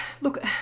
Look